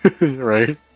Right